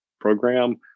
program